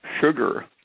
sugar